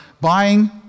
buying